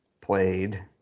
played